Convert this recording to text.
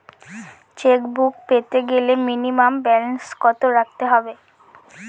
Chequebook পেতে গেলে minimum balance কত রাখতে হবে?